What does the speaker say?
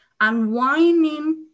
unwinding